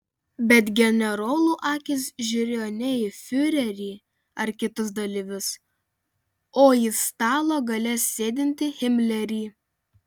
bet generolų akys žiūrėjo ne į fiurerį ar kitus dalyvius o į stalo gale sėdintį himlerį